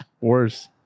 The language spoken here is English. worse